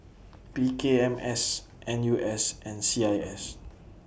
P K M S N U S and C I S